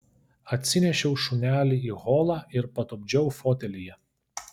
atsinešiau šunelį į holą ir patupdžiau fotelyje